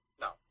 No